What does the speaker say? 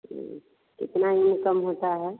ठीक कितना इन्कम होता है